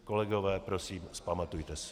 Kolegové, prosím, vzpamatujte se.